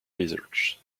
research